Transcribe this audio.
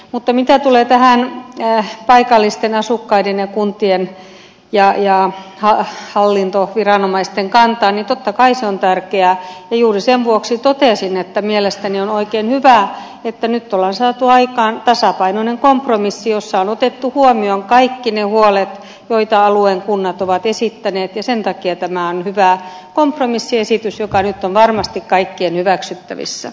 mutta mitä tulee paikallisten asukkaiden ja kuntien ja hallintoviranomaisten kantaan niin totta kai se on tärkeä ja juuri sen vuoksi totesin että mielestäni on oikein hyvä että nyt on saatu aikaan tasapainoinen kompromissi jossa on otettu huomioon kaikki ne huolet joita alueen kunnat ovat esittäneet ja sen takia tämä on hyvä kompromissiesitys joka nyt on varmasti kaikkien hyväksyttävissä